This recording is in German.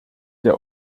der